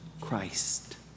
Christ